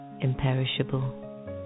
imperishable